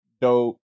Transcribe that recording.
dope